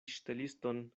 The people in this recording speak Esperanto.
ŝteliston